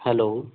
hello